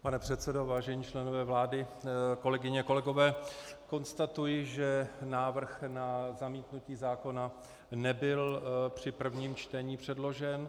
Pane předsedo, vážení členové vlády, kolegyně, kolegové, konstatuji, že návrh na zamítnutí zákona nebyl při prvním čtení předložen.